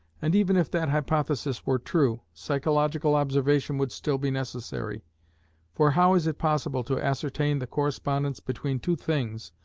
and even if that hypothesis were true, psychological observation would still be necessary for how is it possible to ascertain the correspondence between two things,